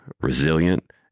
resilient